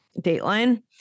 Dateline